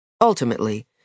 Ultimately